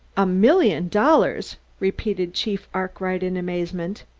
a million dollars! repeated chief arkwright in amazement.